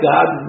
God